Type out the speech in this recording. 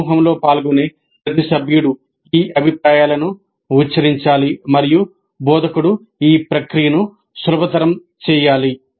సమూహంలో పాల్గొనే ప్రతి సభ్యుడు ఈ అభిప్రాయాలను ఉచ్చరించాలి మరియు బోధకుడు ఈ ప్రక్రియను సులభతరం చేయాలి